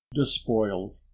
despoiled